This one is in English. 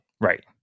Right